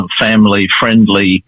family-friendly